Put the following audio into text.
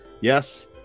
Yes